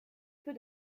peu